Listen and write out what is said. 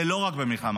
זה לא רק המלחמה.